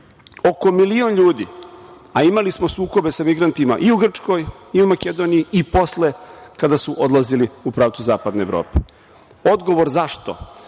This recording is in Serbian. Oko milion ljudi. A imali smo sukobe sa migrantima i u Grčkoj i u Makedoniji i posle, kada su odlazili u pravcu zapadne Evrope. Odgovor zašto